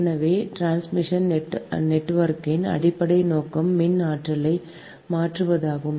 எனவே டிரான்ஸ்மிஷன் நெட்வொர்க்கின் அடிப்படை நோக்கம் மின் ஆற்றலை மாற்றுவதாகும்